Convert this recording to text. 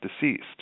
deceased